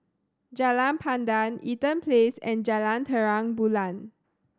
Jalan Pandan Eaton Place and Jalan Terang Bulan